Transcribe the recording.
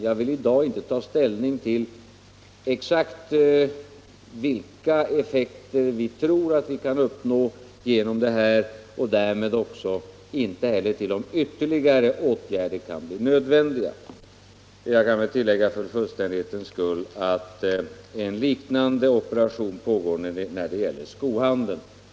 Jag vill i dag inte ta ställning till exakt vilka effekter vi tror att vi kan uppnå genom detta och därmed inte heller till om ytterligare åtgärder kan bli nödvändiga. Jag kan väl tillägga, för fullständighetens skull, att en liknande operation pågår när det gäller skohandeln.